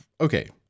okay